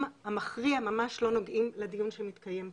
המכריע ממש לא נוגעים לדיון שמתקיים פה.